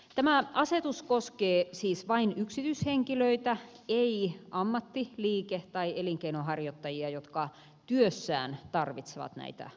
tämä asetus koskee siis vain yksityishenkilöitä ei ammatin liikkeen tai elinkeinonharjoittajia jotka työssään tarvitsevat näitä aineita